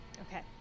Okay